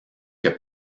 que